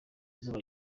izuba